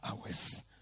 hours